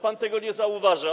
Pan tego nie zauważa.